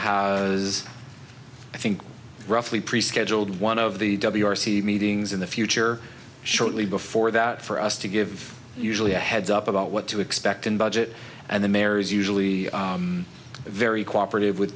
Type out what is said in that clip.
does i think roughly prescheduled one of the meetings in the future shortly before that for us to give usually a heads up about what to expect and budget and the mayor is usually very cooperative with